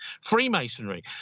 Freemasonry